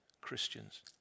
Christians